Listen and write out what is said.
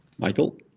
Michael